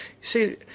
See